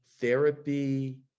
therapy